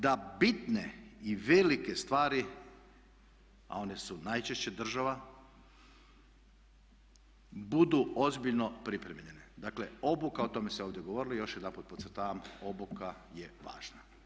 Da bitne i velike stvari a one su najčešće država budu ozbiljno pripremljene, dakle obuka, o tome se ovdje govorilo i još jedanput podcrtava, obuka je važna.